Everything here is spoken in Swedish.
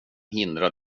hindra